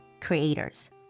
creators